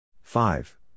Five